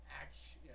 action